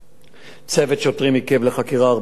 צוות שוטרים עיכב לחקירה ארבעה חשודים,